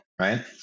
right